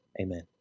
amen